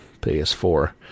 PS4